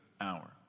hour